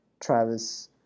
Travis